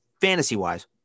fantasy-wise